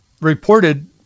reported